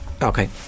Okay